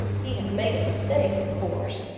he had made a mistake, of course.